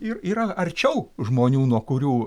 ir yra arčiau žmonių nuo kurių